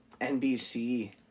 NBC